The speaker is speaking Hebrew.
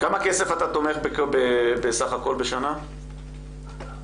כמה כסף אתה תומך בסך הכול בשנה, מעביר?